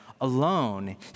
alone